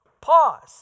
Pause